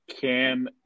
Cam